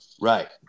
Right